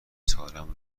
سالهام